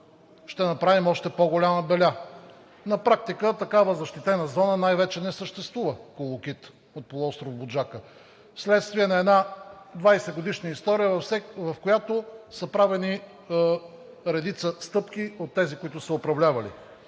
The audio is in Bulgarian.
ще направим още по-голяма беля. На практика такава защитена зона най-вече не съществува – „Колокита“ в полуостров „Буджака“, вследствие на една 20-годишна история, в която са правени редица стъпки от тези, които са управлявали.